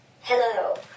Hello